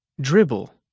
Dribble